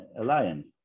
alliance